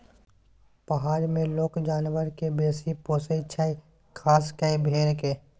पहार मे लोक जानबर केँ बेसी पोसय छै खास कय भेड़ा केँ